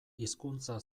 hizkuntza